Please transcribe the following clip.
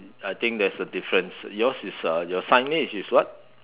I think there's a difference yours is a your signage is what